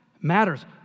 matters